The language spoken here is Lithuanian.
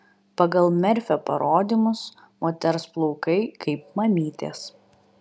pagal merfio parodymus moters plaukai kaip mamytės